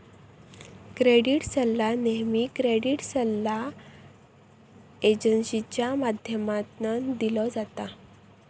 credit सल्ला नेहमी credit सल्ला एजेंसींच्या माध्यमातना दिलो जाता